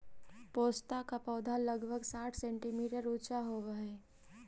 पोस्ता का पौधा लगभग साठ सेंटीमीटर ऊंचा होवअ हई